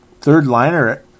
third-liner